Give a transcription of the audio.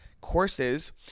courses